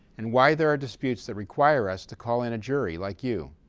and why there are disputes that require us to call in a jury like you.